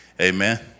Amen